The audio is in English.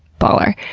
baller.